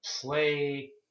play